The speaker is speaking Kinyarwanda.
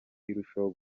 irushaho